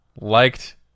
liked